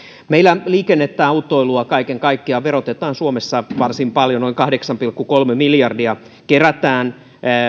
meillä liikennettä autoilua kaiken kaikkiaan verotetaan suomessa varsin paljon noin kahdeksan pilkku kolme miljardia kerätään